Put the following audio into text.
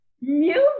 music